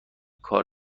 کار